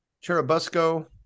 Cherubusco